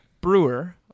Brewer